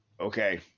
okay